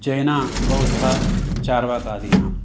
जैनबौद्धचार्वाकादीनां